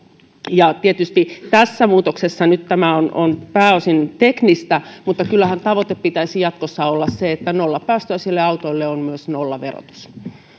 tietysti nyt tämä muutos on pääosin tekninen mutta kyllähän tavoitteen pitäisi jatkossa olla se että nollapäästöisille autoille on myös nollaverotus